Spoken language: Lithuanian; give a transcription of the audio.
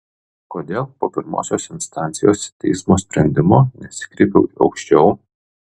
kodėl po pirmosios instancijos teismo sprendimo nesikreipiau aukščiau